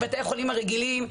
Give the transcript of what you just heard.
בבתי החולים הרגילים,